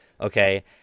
okay